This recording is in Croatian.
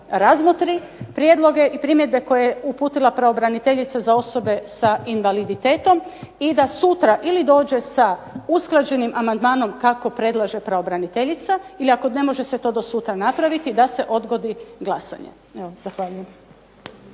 razmotri prijedloge i primjedbe koje je uputila pravobraniteljica za osobe sa invaliditetom i da sutra ili dođe sa usklađenim amandmanom kako predlaže pravobraniteljica ili ako ne može se to do sutra napraviti da se odgodi glasovanje.